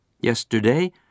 Yesterday